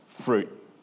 fruit